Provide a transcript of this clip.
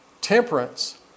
Temperance